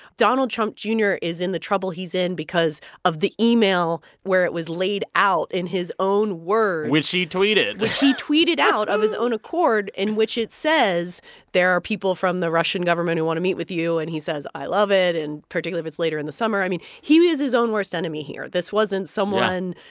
donald trump jr. is in the trouble he's in because of the email where it was laid out in his own words. which he tweeted. which he tweeted out of his own accord in which it says there are people from the russian government who want to meet with you. and he says, i love it and particularly if it's later in the summer. i mean, he is his own worst enemy here. this wasn't someone.